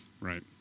right